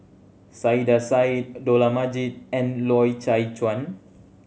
Saiedah Said Dollah Majid and Loy Chye Chuan